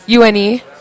UNE